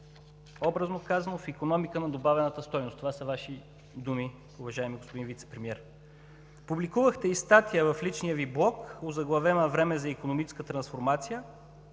образно казано, в икономика на добавената стойност. Това са Ваши думи, уважаеми господин Вицепремиер. Публикувахте и статия в личния Ви блог, озаглавена „Време за икономическа трансформация“,